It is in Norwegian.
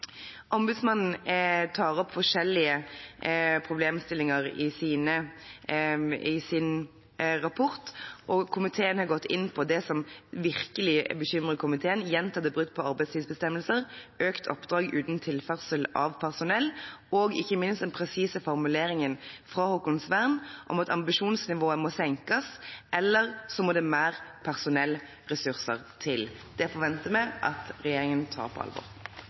Ombudsmannen tar opp forskjellige problemstillinger i sin rapport, og komiteen har gått inn på det som virkelig bekymrer komiteen: gjentatte brudd på arbeidstidsbestemmelser, økte oppdrag uten tilførsel av personell og ikke minst den presise formuleringen fra Haakonsvern om at «ambisjonsnivået enten må senkes eller så må det mere personellressurser til». Det forventer vi at regjeringen tar på alvor.